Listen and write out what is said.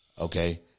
okay